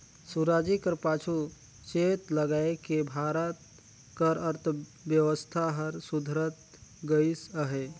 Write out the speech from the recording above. सुराजी कर पाछू चेत लगाएके भारत कर अर्थबेवस्था हर सुधरत गइस अहे